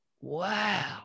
Wow